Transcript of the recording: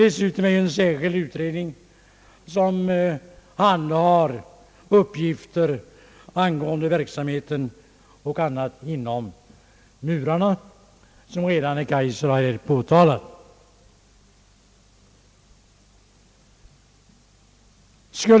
Dessutom finns ju en särskild utredning som handhar uppgifter angående verksamheten inom murarna etc., såsom herr Kaijser redan nämnt.